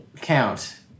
count